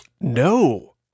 No